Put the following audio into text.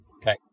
Okay